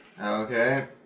Okay